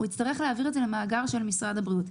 הוא יצטרך להעביר את זה למאגר משרד הבריאות.